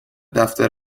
دفتر